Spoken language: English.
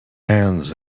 hands